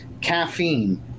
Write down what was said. caffeine